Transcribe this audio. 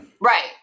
Right